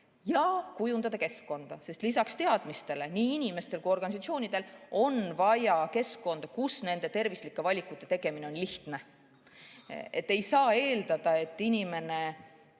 ja kujundada keskkonda, sest lisaks teadmistele on nii inimestel kui ka organisatsioonidel vaja keskkonda, kus nende tervislike valikute tegemine oleks lihtne. Ei saa eeldada, et inimene